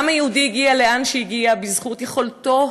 העם היהודי הגיע לאן שהגיע בזכות יכולתו